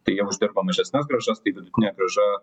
tai jie uždirba mažesnes grąžas tai vidutinė grąža